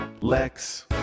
Lex